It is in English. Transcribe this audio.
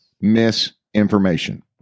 misinformation